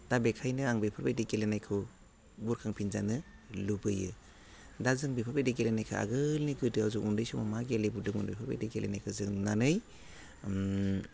दा बेखायनो आं बेफोर बायदि गेलेनायखौ बुरखांफिनजानो लुबैयो दा जों बेफोर बायदि गेलेनायखौ आगोलनि गोदोआव जों उन्दै समाव मा गेलेबोदोंमोन बेफोरबायदि गेलेनाययखौ जों नुनानै ओम